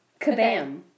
Kabam